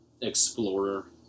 explorer